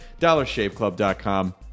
DollarShaveClub.com